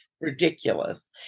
ridiculous